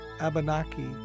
Abenaki